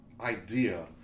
idea